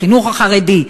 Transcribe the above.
לחינוך החרדי.